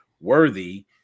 worthy